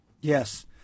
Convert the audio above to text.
Yes